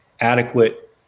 adequate